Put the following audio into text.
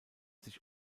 sich